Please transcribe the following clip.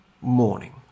morning